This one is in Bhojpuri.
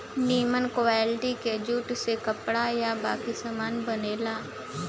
निमन क्वालिटी के जूट से कपड़ा आ बाकी सामान बनेला